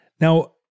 Now